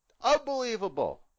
Unbelievable